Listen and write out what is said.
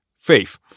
faith